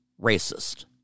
racist